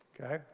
okay